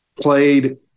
played